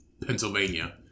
Pennsylvania